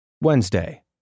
Wednesday